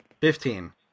Fifteen